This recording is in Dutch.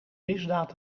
misdaad